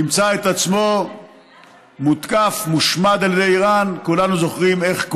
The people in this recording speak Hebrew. ימצא את עצמו מותקף, מושמד, על ידי איראן.